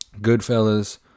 Goodfellas